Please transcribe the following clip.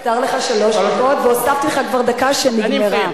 מותר לך שלוש דקות והוספתי לך כבר דקה, שנגמרה.